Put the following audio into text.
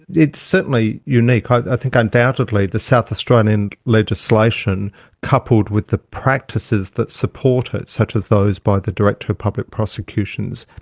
it's certainly unique ah i think undoubtedly the south australian legislation coupled with the practices that support it, such as those by the director of public prosecutions,